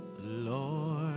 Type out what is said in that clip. Lord